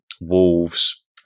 Wolves